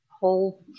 whole